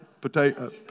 potato